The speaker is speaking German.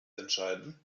entscheiden